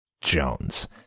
Jones